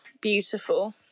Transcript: beautiful